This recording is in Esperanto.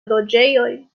loĝejon